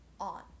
On